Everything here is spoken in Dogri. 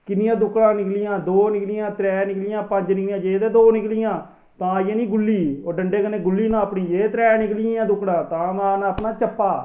किन्नियां दुक्कड़ निकलियां दौ त्रै निकलियां पंज निकलियां ते तां आई जानी गुल्ली डंडे कन्नै गुल्ली नापनी जे कर त्रै निकलियां ते तां मारना अपना चप्पा